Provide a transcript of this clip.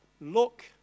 look